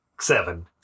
seven